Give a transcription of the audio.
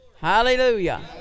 Hallelujah